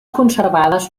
conservades